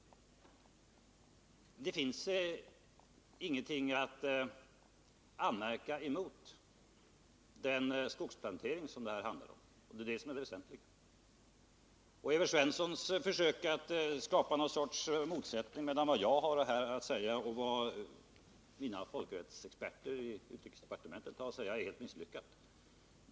Det finns emellertid ingenting att anmärka emot den skogsplantering som det här handlar om, och det är detta som är det väsentliga. Evert Svenssons försök att skapa något slags motsättning mellan vad jag har att säga och vad mina folkrättsliga experter har att säga är helt misslyckat.